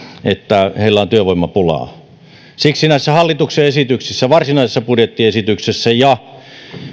että heillä on työvoimapulaa siksi näissä hallituksen esityksissä varsinaisessa budjettiesityksessä ja